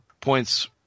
points